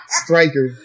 striker